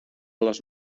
les